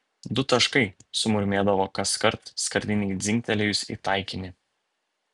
du taškai sumurmėdavo kaskart skardinei dzingtelėjus į taikinį